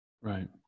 Right